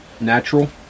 natural